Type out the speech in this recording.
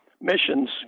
missions